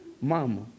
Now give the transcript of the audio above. Mama